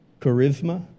charisma